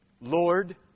Lord